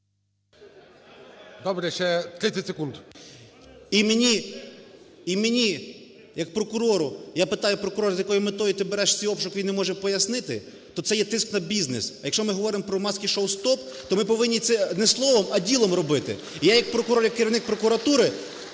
і мені ,як прокурору, я питаю: "Прокурор, з якою метою ти береш цей обшук? – і він не може пояснити, то це є тиск на бізнес. А якщо ми говоримо про "маски-шоу – стоп", то ми повинні це не словом, а ділом робити. І я як керівник прокуратури